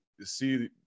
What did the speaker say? see